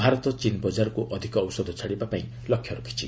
ଭାରତ ଚୀନ୍ ବଜାରକୁ ଅଧିକ ଔଷଧ ଛାଡ଼ିବାପାଇଁ ଲକ୍ଷ୍ୟ ରଖିଛି